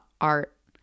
art